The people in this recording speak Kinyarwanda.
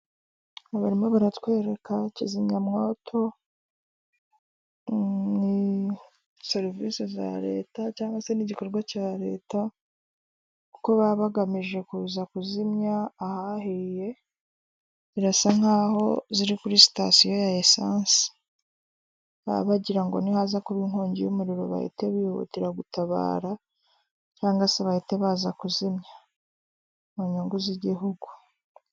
Abarimu baratwereka kizimyamwoto ,serivisi za leta cyangwa se n'igikorwa cya leta, kuko baba bagamije kuza kuzimya ahahiye birasa nkaho ziri kuri sitasiyo ya esanse, bagirango ngo nihaza kuba inkongi y'umuriro bahihita bihutira gutabara cyangwa se bahite baza kuzimya mu nyungu z'igihugu .